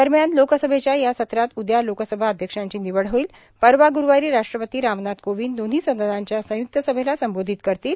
दरम्यान लोकसभेच्या या सत्रात उद्या लोकसभा अध्यक्षांची निवड होईल परवा ग्रुवारी राष्ट्रपती रामनाथ कोविंद दोन्ही सदनांच्या संय्क्त सभेला संबोधित करतील